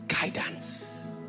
guidance